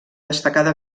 destacada